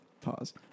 Pause